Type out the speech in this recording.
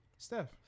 Steph